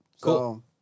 Cool